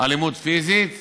אלימות פיזית